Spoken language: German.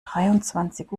dreiundzwanzig